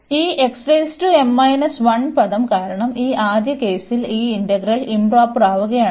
ഈ പദം കാരണം ഈ ആദ്യ കേസിൽ ഈ ഇന്റഗ്രൽ ഇoപ്രോപ്പറാവുകയാണ്